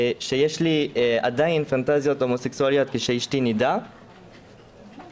שיש לי עדיין פנטזיות הומוסקסואליות כשאשתי נידה ובגלל